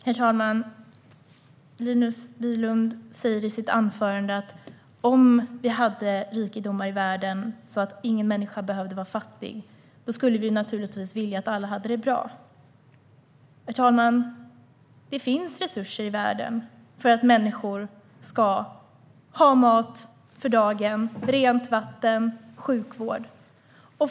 Herr talman! Om vi hade så stora rikedomar i världen att ingen människa behövde vara fattig skulle vi naturligtvis vilja att alla hade det bra, säger Linus Bylund i sitt anförande. Herr talman! Det finns resurser i världen för att människor ska ha mat för dagen, rent vatten och sjukvård.